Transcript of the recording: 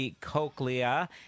Cochlea